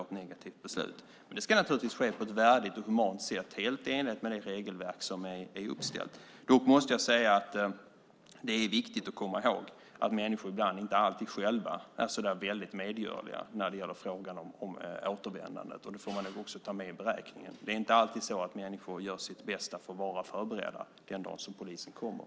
Det ska naturligtvis ske på ett värdigt och humant sätt, helt i enlighet med det regelverk som är uppställt. Dock måste jag säga att det är viktigt att komma ihåg att människor inte alltid själva är så väldigt medgörliga när det gäller återvändandet. Det får man också ta med i beräkningen. Det är inte alltid så att människor gör sitt bästa för att vara förberedda den dag polisen kommer.